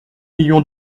millions